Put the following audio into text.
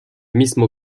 mismo